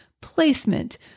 placement